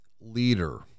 leader